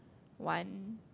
one